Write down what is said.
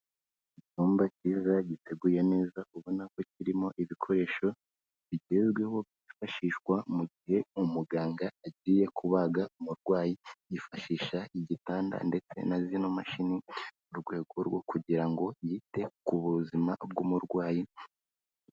Icyumba kiza, giteguye neza, ubona ko kirimo ibikoresho bigezweho byifashishwa mu gihe umuganga agiye kubaga umurwayi yifashisha igitanda ndetse na zino mashini, mu rwego rwo kugira ngo yite ku buzima bw'umurwayi....